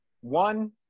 One